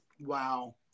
Wow